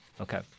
Okay